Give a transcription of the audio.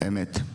אמת.